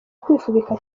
kwifubika